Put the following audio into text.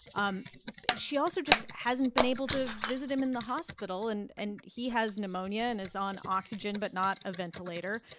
um she also just hasn't been able to visit him in the hospital, and and he has pneumonia and is on oxygen but not a ventilator.